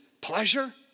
pleasure